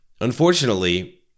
Unfortunately